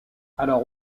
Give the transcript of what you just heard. alors